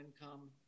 income